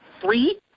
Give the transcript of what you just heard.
Three